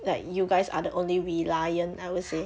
like you guys are the only reliant I would